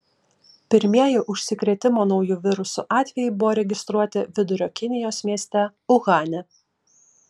pirmieji užsikrėtimo nauju virusu atvejai buvo registruoti vidurio kinijos mieste uhane